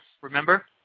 remember